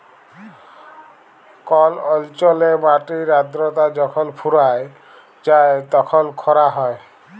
call অল্চলে মাটির আদ্রতা যখল ফুরাঁয় যায় তখল খরা হ্যয়